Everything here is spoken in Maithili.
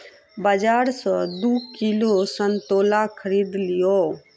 बाजार सॅ दू किलो संतोला खरीद लिअ